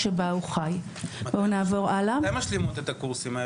ואני מעריכה שבשיתוף פעולה של ההורים,